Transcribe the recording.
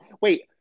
Wait